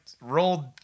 rolled